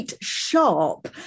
sharp